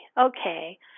okay